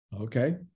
Okay